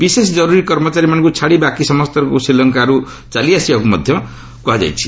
ବିଶେଷ ଜରୁରୀ କର୍ମଚାରୀମାନଙ୍କୁ ଛାଡ଼ି ବାକି ସମସ୍ତଙ୍କୁ ଶ୍ରୀଲଙ୍କା ଛାଡ଼ି ଚାଲିଆସିବାକୁ ମଧ୍ୟ କୁହାଯାଇଛି